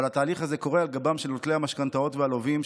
אבל התהליך הזה קורה על גבם של נוטלי המשכנתאות והלווים,